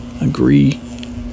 agree